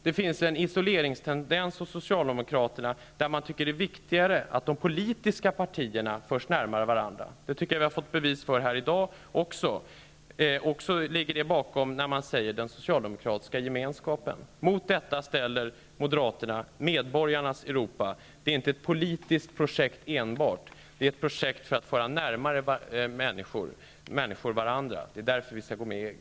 Det finns en isoleringstendens hos socialdemokraterna, vilken tyder på att de tycker att det är viktigare att de politiska partierna förs närmare varandra. Jag tycker vi fått bevis för detta även här i dag. Jag tycker också att detta verkar ligga bakom socialdemokraternas uttryckssätt ''den socialdemokratiska gemenskapen''. Mot detta, ställer moderaterna Medborgarnas Europa. Det handlar inte enbart om ett politiskt projekt utan om ett projekt i syfte att föra människor närmare varandra. Det är därför vi skall gå med i EG.